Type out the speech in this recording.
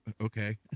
okay